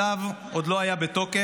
הצו עוד לא היה בתוקף,